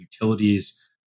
utilities